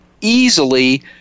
easily